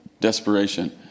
desperation